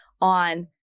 on